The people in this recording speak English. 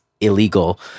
illegal